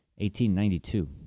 1892